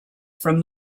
from